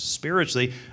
Spiritually